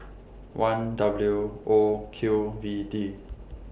one W O Q V D